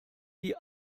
die